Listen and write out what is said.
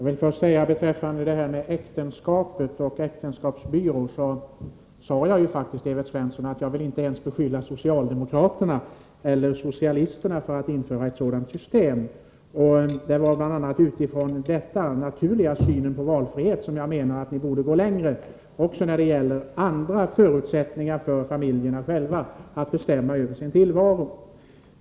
Herr talman! Beträffande detta med äktenskap och äktenskapsbyrån sade jag faktiskt, Evert Svensson, att jag inte vill beskylla ens socialdemokraterna eller socialisterna för att vilja införa ett sådant system. Bl.a. utifrån den naturliga synen på valfriheten menar jag att ni borde gå längre när det gäller andra förutsättningar för familjerna själva att bestämma över sin tillvaro.